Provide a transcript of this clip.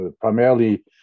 primarily